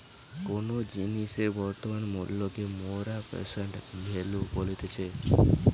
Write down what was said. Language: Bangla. কোনো জিনিসের বর্তমান মূল্যকে মোরা প্রেসেন্ট ভ্যালু বলতেছি